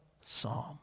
psalm